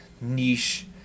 niche